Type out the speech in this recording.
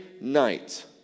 night